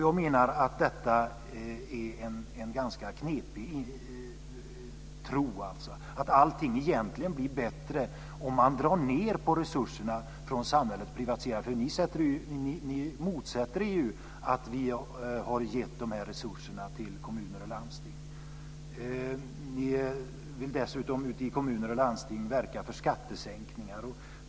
Jag menar att detta är en ganska knepig tro, att allting egentligen blir bättre om man drar ned på resurserna från samhällets sida och privatiserar. Ni motsätter er ju att vi har gett de här resurserna till kommuner och landsting. Ni vill dessutom ute i kommuner och landsting verka för skattesänkningar.